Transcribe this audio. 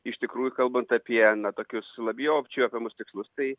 iš tikrųjų kalbant apie na tokius labiau apčiuopiamus tikslus tai